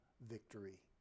victory